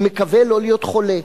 אני מקווה לא להיות חולה.